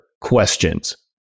questions